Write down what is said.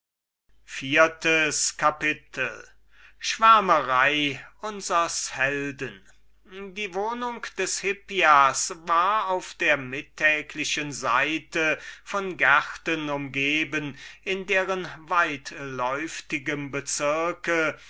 fünftes kapitel schwärmerei des agathon die wohnung des hippias war auf der mittäglichen seite von gärten umgeben in deren weitläufigem bezirk